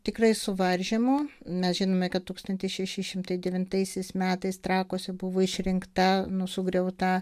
tikrai suvaržymų mes žinome kad tūkstantis šeši šimtai devintaisiais metais trakuose buvo išrinkta nu sugriauta